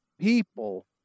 people